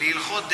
אני מציע לך,